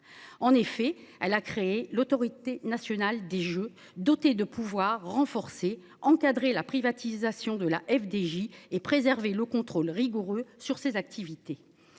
en effet elle a créé l'Autorité nationale des jeux, doté de pouvoirs renforcés encadrer la privatisation de la FDJ et préserver le contrôle rigoureux sur ses activités.